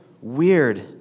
weird